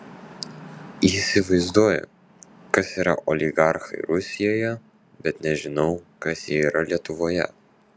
įsivaizduoju kas yra oligarchai rusijoje bet nežinau kas jie yra lietuvoje